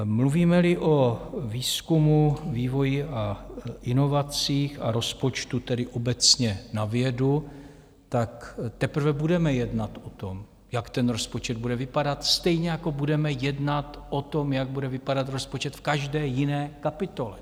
Mluvímeli o výzkumu, vývoji a inovacích a tedy rozpočtu obecně na vědu, tak teprve budeme jednat o tom, jak ten rozpočet bude vypadat, stejně jako budeme jednat o tom, jak bude vypadat rozpočet každé jiné kapitoly.